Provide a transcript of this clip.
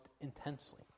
intensely